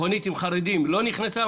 מכונית עם חרדים לא נכנסה,